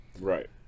right